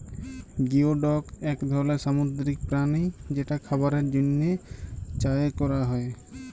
geoduck এক ধরলের সামুদ্রিক প্রাণী যেটা খাবারের জন্হে চাএ ক্যরা হ্যয়ে